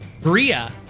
Bria